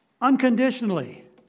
Unconditionally